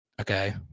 Okay